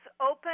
open